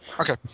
Okay